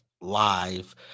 live